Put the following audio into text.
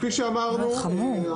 כפי שאמרנו,